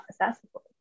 accessible